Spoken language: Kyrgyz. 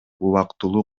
убактылуу